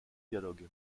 dialogue